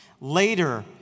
Later